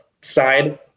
side